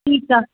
ठीकु आहे